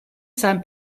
san